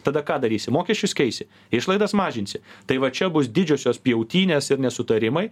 tada ką darysi mokesčius keisi išlaidas mažinsi tai va čia bus didžiosios pjautynės ir nesutarimai